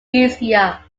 easier